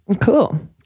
Cool